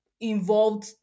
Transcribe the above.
involved